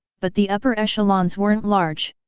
but the upper echelons weren't large.